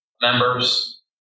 members